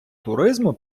туризму